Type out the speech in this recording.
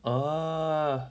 ah